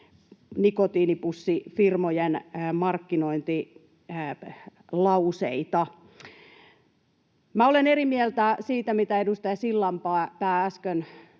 nikotiinipussifirmojen markkinointilauseita. Minä olen eri mieltä siitä, mitä edustaja Sillanpää äsken